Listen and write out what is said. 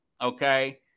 Okay